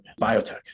biotech